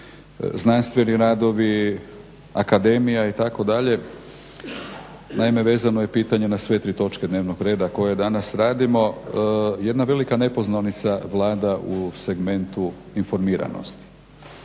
znanstveni radovi, akademija itd. vezano je pitanje na sve tri točke dnevnog reda koje danas radimo jedna velika nepoznanica vlada u segmentu informiranosti.